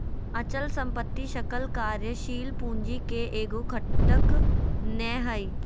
अचल संपत्ति सकल कार्यशील पूंजी के एगो घटक नै हइ